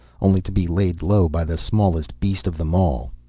only to be laid low by the smallest beast of them all.